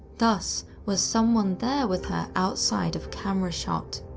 thus, was someone there with her outside of camera shot?